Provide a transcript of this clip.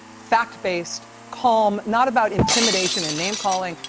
fact-based, calm, not about intimidation and name-calling.